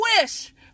wish